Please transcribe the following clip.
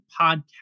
Podcast